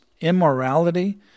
immorality